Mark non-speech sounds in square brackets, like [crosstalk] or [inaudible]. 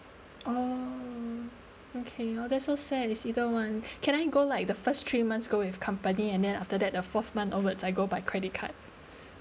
oh okay oh that's so sad is either one [breath] can I go like the first three months go with company and then after that the fourth month onwards I go by credit card [breath]